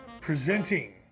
presenting